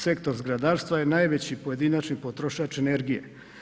Sektor zgradarstva je najveći pojedinačni potrošač energije.